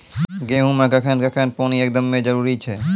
गेहूँ मे कखेन कखेन पानी एकदमें जरुरी छैय?